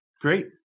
Great